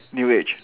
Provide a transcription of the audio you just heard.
new age